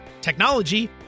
technology